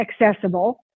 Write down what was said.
accessible